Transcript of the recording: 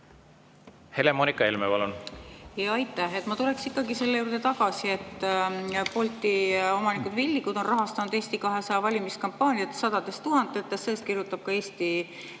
Helle-Moonika Helme, palun! Aitäh! Ma tuleksin ikkagi selle juurde tagasi, et Bolti omanikud Villigud on rahastanud Eesti 200 valimiskampaaniat sadade tuhandetega. Sellest kirjutab ka Eesti